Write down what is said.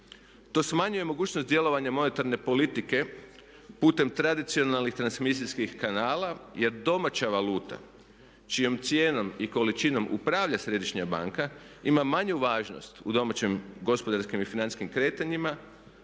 To smanjuje mogućnost djelovanja monetarne politike putem tradicionalnih transmisijskih kanala, jer domaća valuta čijom cijenom i količinom upravlja središnja banka ima manju važnost u domaćim gospodarskim i financijskim kretanjima